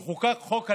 כשחוקק חוק הלאום,